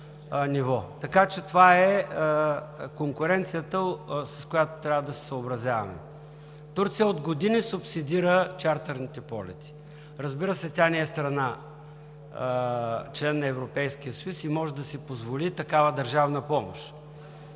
Така че това е конкуренцията, с която трябва да се съобразяваме. Турция от години субсидира чартърните полети. Разбира се, тя не е страна – член на Европейския съюз, и може да си позволи такава държавна помощ.